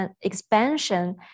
expansion